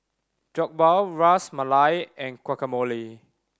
Jokbal Ras Malai and Guacamole